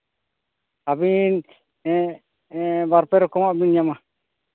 ᱟᱹᱵᱤᱱ ᱵᱟᱨ ᱯᱮ ᱨᱚᱠᱚᱢᱟᱜ ᱵᱤᱱ ᱧᱟᱢᱟ